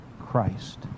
Christ